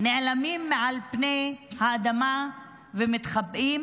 נעלמות מעל פני האדמה ומתחבאות,